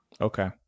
Okay